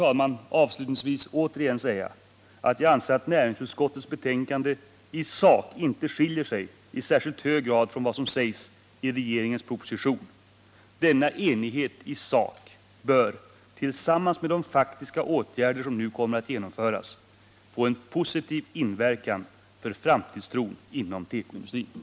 Jag vill avslutningsvis återigen säga att jag anser att näringsutskottets betänkande i sak inte skiljer sig i särskilt hög grad från vad som sägs i regeringens proposition. Denna enighet i sak bör, tillsammans med de faktiska åtgärder som nu kommer att genomföras, få en positiv inverkan på framtidstron inom tekoindustrin.